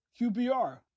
QBR